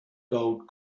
gold